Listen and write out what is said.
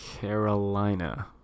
Carolina